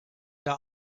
der